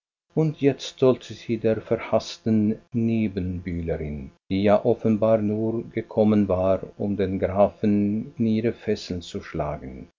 und jetzt sollte sie der verhaßten nebenbuhlerin die ja offenbar nur gekommen war um den grafen in ihre fesseln zu schlagen